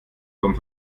vom